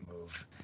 move